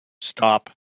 stop